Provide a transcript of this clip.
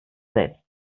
selbst